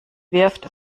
wirft